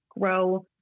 grow